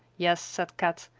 yes, said kat,